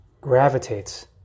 gravitates